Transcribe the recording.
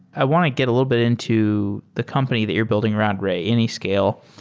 i want to get a little bit into the company that you're building around ray, anyscale.